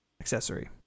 accessory